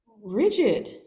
Rigid